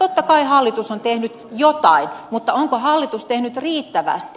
totta kai hallitus on tehnyt jotain mutta onko hallitus tehnyt riittävästi